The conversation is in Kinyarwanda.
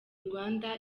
rwanda